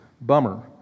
bummer